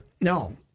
No